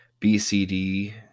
BCD